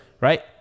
right